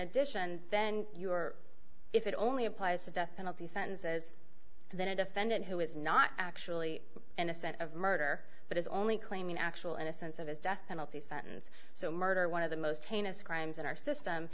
addition then you are if it only applies the death penalty sentence says that a defendant who is not actually innocent of murder but is only claiming actual innocence of a death penalty sentence so murder one of the most heinous crimes in our system